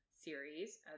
series